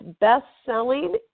best-selling